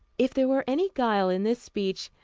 if there were any guile in this speech,